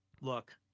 look